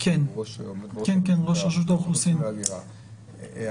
ראש רשות האוכלוסין וההגירה,